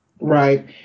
right